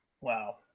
Wow